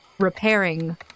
repairing